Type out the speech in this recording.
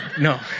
No